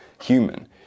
human